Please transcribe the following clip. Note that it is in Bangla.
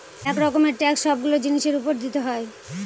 এক রকমের ট্যাক্স সবগুলো জিনিসের উপর দিতে হয়